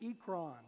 Ekron